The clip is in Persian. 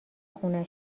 خونه